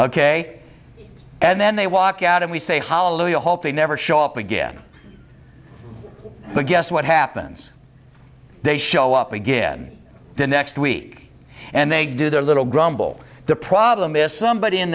ok and then they walk out and we say hollow you hope they never show up again but guess what happens they show up again the next week and they do their little grumble the problem is somebody in